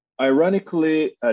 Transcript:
Ironically